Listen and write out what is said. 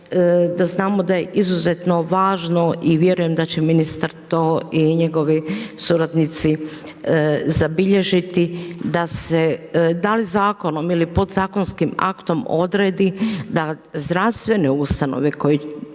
da znamo da je izuzetno važno i vjerujem da će ministar to i njegovi suradnici zabilježiti, da li zakonom ili podzakonskim aktom odredi da zdravstvene ustanove koje